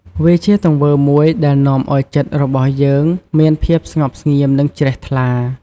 វាជាទង្វើមួយដែលនាំឱ្យចិត្តរបស់យើងមានភាពស្ងប់ស្ងៀមនិងជ្រះថ្លា។